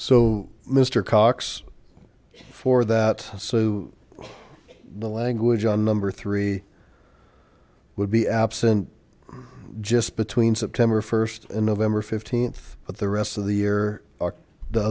so mr cox for that so the language on number three would be absent just between september first in november fifteenth but the rest of the year